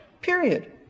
period